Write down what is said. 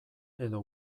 edo